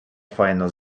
файно